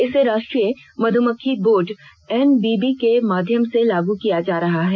इसे राष्ट्रीय मधुमक्खी बोर्ड एन बी बी के माध्यम से लागू किया जा रहा है